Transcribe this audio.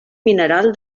mineral